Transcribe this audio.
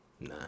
Nah